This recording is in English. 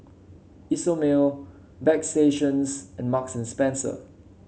Isomil Bagstationz and Marks and Spencer